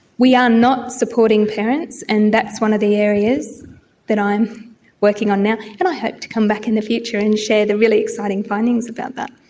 we are not supporting parents, and that's one of the areas that i'm working on now, and i hope to come back in the future and share the really exciting findings about that.